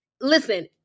listen